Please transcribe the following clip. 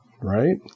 right